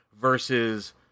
versus